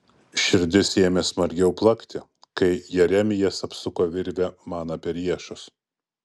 širdis ėmė smarkiau plakti kai jeremijas apsuko virvę man apie riešus